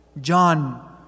John